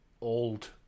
old